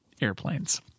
airplanes